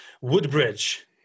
Woodbridge